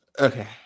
Okay